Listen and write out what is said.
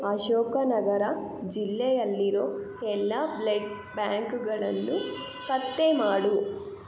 ಅಶೋಕ ನಗರ ಜಿಲ್ಲೆಯಲ್ಲಿರೋ ಎಲ್ಲ ಬ್ಲೆಡ್ ಬ್ಯಾಂಕ್ಗಳನ್ನು ಪತ್ತೆ ಮಾಡು